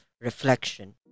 Reflection